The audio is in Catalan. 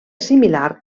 similar